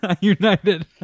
United